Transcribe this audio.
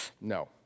no